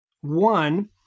One